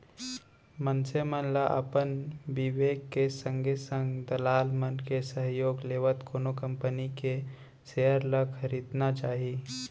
मनसे मन ल अपन बिबेक के संगे संग दलाल मन के सहयोग लेवत कोनो कंपनी के सेयर ल खरीदना चाही